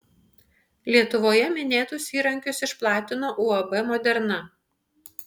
lietuvoje minėtus įrankius išplatino uab moderna